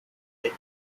that